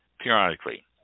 periodically